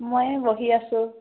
মই বহি আছোঁ